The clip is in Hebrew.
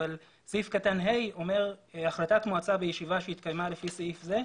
אבל סעיף קטן (ה) אומר ש"החלטת מועצה בישיבה שהתקיימה לפי סעיף זה,